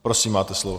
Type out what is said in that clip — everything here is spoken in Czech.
Prosím, máte slovo.